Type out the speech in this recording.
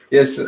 Yes